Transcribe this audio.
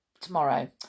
tomorrow